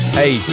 hey